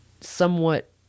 somewhat